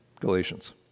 Galatians